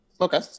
okay